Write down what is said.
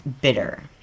bitter